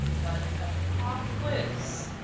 but as a pop quiz,